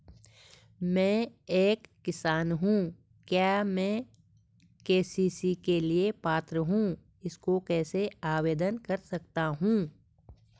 मैं एक किसान हूँ क्या मैं के.सी.सी के लिए पात्र हूँ इसको कैसे आवेदन कर सकता हूँ?